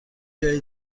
جای